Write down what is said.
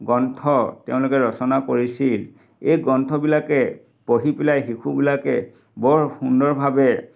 গ্ৰন্থ তেওঁলোকে ৰচনা কৰিছিল এই গ্ৰন্থবিলাকে পঢ়ি পেলাই শিশুবিলাকে বৰ সুন্দৰভাৱে